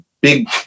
big